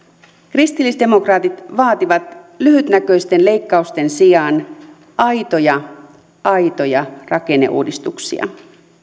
kristillisdemokraatit vaativat lyhytnäköisten leikkausten sijaan aitoja aitoja rakenneuudistuksia